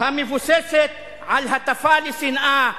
המבוססת על הטפה לשנאה,